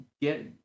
get